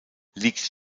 liegt